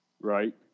right